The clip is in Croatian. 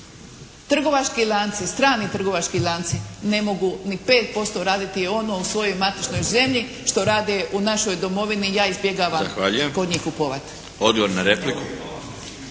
trgovački lanci, strani trgovački lanci ne mogu ni 5% raditi ono u svojoj matičnoj zemlji što rade u našoj domovini i ja izbjegavam kod njih kupovat. **Milinović,